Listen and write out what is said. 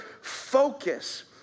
focus